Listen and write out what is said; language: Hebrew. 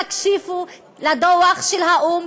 תקשיבו לדוח של האו"ם,